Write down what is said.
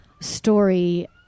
story